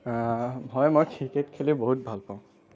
হয় মই ক্ৰিকেট খেলি বহুত ভালপাওঁ